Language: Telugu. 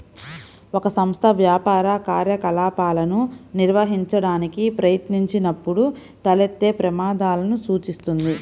ఒక సంస్థ వ్యాపార కార్యకలాపాలను నిర్వహించడానికి ప్రయత్నించినప్పుడు తలెత్తే ప్రమాదాలను సూచిస్తుంది